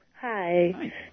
Hi